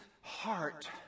heart